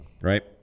right